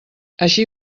així